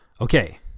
okay